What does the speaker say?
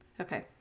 Okay